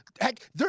Heck